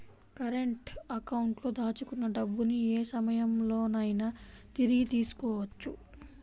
current అకౌంట్లో దాచుకున్న డబ్బుని యే సమయంలోనైనా తిరిగి తీసుకోవచ్చు